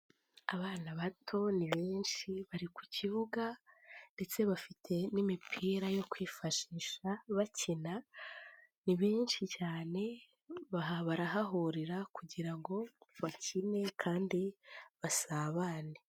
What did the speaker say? Abana bato ni benshi bari ku kibuga ndetse bafite n'imipira yo kwifashisha bakina, ni benshi cyane barahahurira kugira ngo bakine kandi basabane.